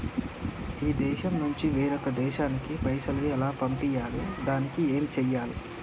ఈ దేశం నుంచి వేరొక దేశానికి పైసలు ఎలా పంపియ్యాలి? దానికి ఏం చేయాలి?